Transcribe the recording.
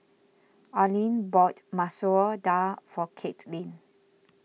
Arlyne bought Masoor Dal for Kaitlin